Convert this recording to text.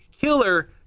killer